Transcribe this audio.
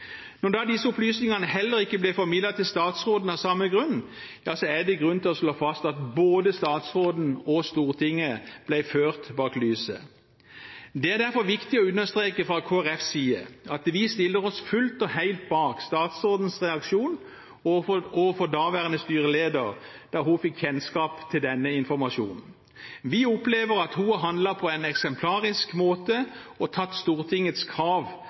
Når disse opplysningene heller ikke ble formidlet til statsråden av samme grunn, er det grunn til å slå fast at både statsråden og Stortinget ble ført bak lyset. Det er derfor viktig å understreke fra Kristelig Folkepartis side at vi stiller oss fullt og helt bak statsrådens reaksjon overfor daværende styreleder da hun fikk kjennskap til denne informasjonen. Vi opplever at hun har handlet på en eksemplarisk måte og tatt Stortingets krav